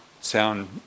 sound